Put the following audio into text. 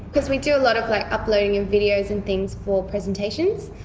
because we do a lot of like uploading of videos and things for presentations,